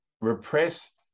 repress